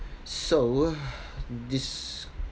so this